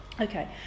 Okay